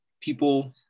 people